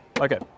Okay